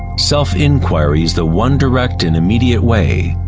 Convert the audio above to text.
self inquiry is the one direct and immediate way.